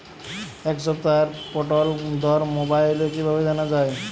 এই সপ্তাহের পটলের দর মোবাইলে কিভাবে জানা যায়?